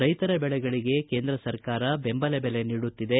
ರೈತರ ಬೆಳೆಗಳಿಗೆ ಕೇಂದ್ರ ಸರ್ಕಾರ ಬೆಂಬಲ ಬೆಲೆ ನೀಡುತ್ತಿದೆ